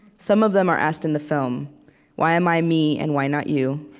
some of them are asked in the film why am i me, and why not you?